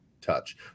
touch